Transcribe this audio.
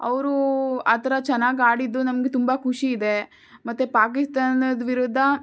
ಅವರು ಆ ಥರ ಚೆನ್ನಾಗಿ ಆಡಿದ್ದು ನಮ್ಗೆ ತುಂಬ ಖುಷಿ ಇದೆ ಮತ್ತೆ ಪಾಕಿಸ್ತಾನದ ವಿರುದ್ದ